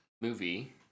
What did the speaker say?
movie